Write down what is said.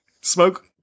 smoke